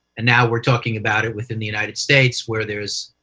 and now we're talking about it within the united states, where there's